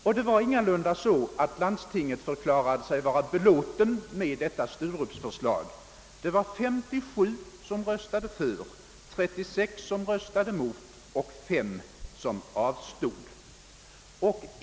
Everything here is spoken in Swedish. Och det var ingalunda så att hela landstinget förklarade sig vara belåtet med Sturup-förslaget. Det var 57 ledamöter som röstade för, 36 som röstade mot och 5 som avstod.